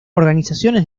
organizaciones